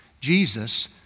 Jesus